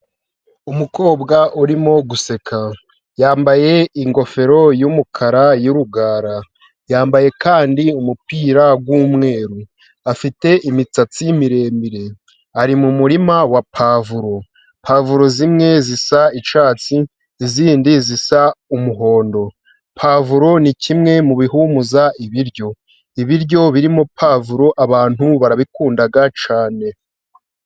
Umukobwa urimo guseka, yambaye ingofero y'umukara, y'urugara yambaye kandi umupira w'umweru, afite imisatsi miremire, ari mu murima wa pavuro, pavro zimwe zisa icyatsi, zindi zisa umuhondo, pavuro ni kimwe mu bihumuza ibiryo, ibiryo birimo pavuro abantu barabikunda cyane.